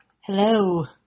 Hello